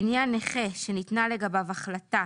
לעניין נכה שניתנה לגביו החלטה